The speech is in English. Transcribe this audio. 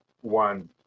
one